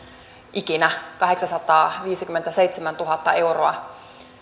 ikinä kahdeksansataaviisikymmentäseitsemäntuhatta euroa